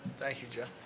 thank you, jeff.